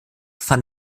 fand